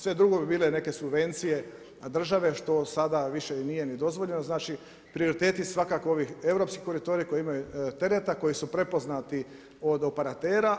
Sve drugo bi bile neke subvencije države što sada više nije ni dozvoljeno, znači prioriteti su svakako ovi europski koridori koji imaju tereta, koji su prepoznati od operatera.